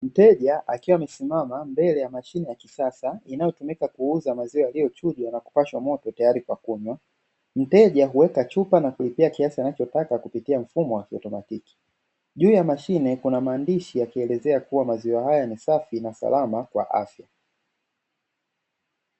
Mteja akiwa amesimama mbele ya mashine ya kisasa inayotumika kuuza maziwa yaliyo chujwa na kupashwa moto tayari kwa kunywa, mteja huweka weka chupa na kulipia kiasi anachotaka kupitia mfumo wa kiautomatiki, juu ya mashine kuna maandishi yakielezea kuwa maziwa haya ni safi na salama kwa afya.